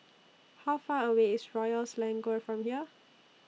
How Far away IS Royal Selangor from here